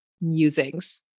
musings